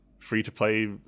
free-to-play